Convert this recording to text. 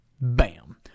bam